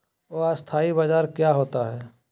अस्थानी बाजार क्या होता है?